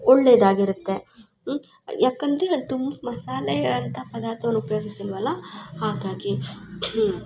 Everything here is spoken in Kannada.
ಒಳ್ಳೇದಾಗಿರುತ್ತೆ ಹ್ಞೂ ಯಾಕಂದರೆ ತುಂಬ ಮಸಾಲೆಯಂಥ ಪದಾರ್ಥವನ್ನು ಉಪಯೋಗಿಸಿಲ್ವಲ್ಲ ಹಾಗಾಗಿ